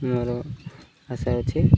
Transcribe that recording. ମୋର ଆଶା ଅଛି